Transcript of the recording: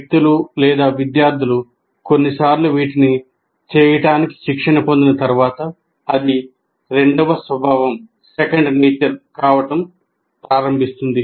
వ్యక్తులు విద్యార్థులు కొన్ని సార్లు వీటిని చేయటానికి శిక్షణ పొందిన తర్వాత అది రెండవ స్వభావం కావడం ప్రారంభిస్తుంది